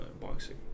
boxing